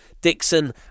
dixon